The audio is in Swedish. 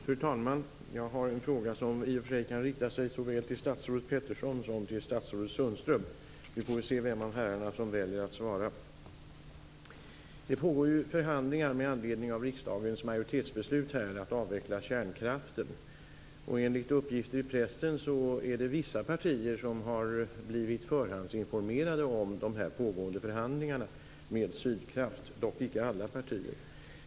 Fru talman! Jag har en fråga som kan rikta sig såväl till statsrådet Peterson som till statsrådet Sundström. Vi får väl se vem av herrarna som väljer att svara. Det pågår ju förhandlingar med anledning av riksdagens majoritetsbeslut att avveckla kärnkraften. Enligt uppgifter i pressen är det vissa partier som har blivit förhandsinformerade om de pågående förhandlingarna med Sydkraft. Det gäller alltså inte alla partier.